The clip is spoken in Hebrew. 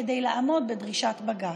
כדי לעמוד בדרישת בג"ץ.